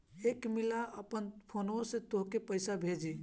एक मिला आपन फोन्वे से तोके पइसा भेजी